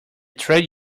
trade